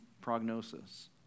prognosis